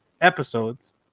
episodes